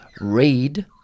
read